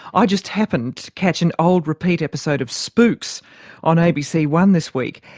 i just happened to catch an old repeat episode of spooks on abc one this week,